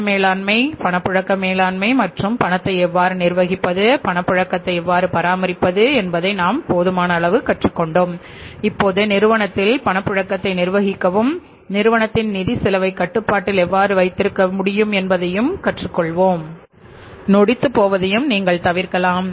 பண மேலாண்மை பணப்புழக்க மேலாண்மை மற்றும் பணத்தை எவ்வாறு நிர்வகிப்பது பணப்புழக்கத்தை எவ்வாறு பராமரிப்பது என்பதை நாம் போதுமான அளவு கற்றுக்கொண்டோம் இப்போது நிறுவனத்தில் பணப்புழக்கத்தை நிர்வகிக்கவும் நிறுவனத்தின் நிதி செலவை கட்டுப்பாட்டில் எவ்வாறு வைத்திருக்க முடியும் என்பதையும் கற்றுக் கொள்வோம் நொடித்துப் போவதையும் நீங்கள் தவிர்க்கலாம்